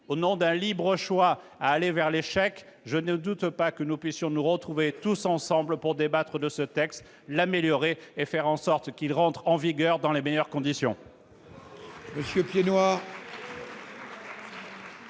pense qu'il était urgent d'agir. Je ne doute pas que nous puissions nous retrouver, ensemble, pour débattre de ce texte, l'améliorer et faire en sorte qu'il entre en vigueur dans les meilleures conditions,